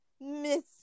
miss